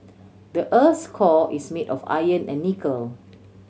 the earth's core is made of iron and nickel